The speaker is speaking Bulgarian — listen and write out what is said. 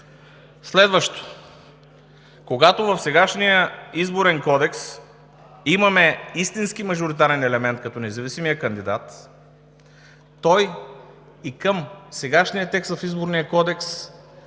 Следващото – когато в сегашния Изборен кодекс имаме истински мажоритарен елемент, като независимия кандидат, той и към сегашния текст в Изборния кодекс,